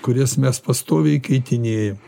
kurias mes pastoviai keitinėjam